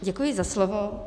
Děkuji za slovo.